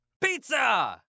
Pizza